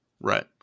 Right